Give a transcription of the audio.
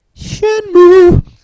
Shenmue